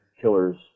killers